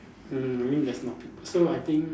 mm maybe that's not people so I think